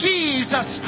Jesus